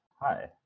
Hi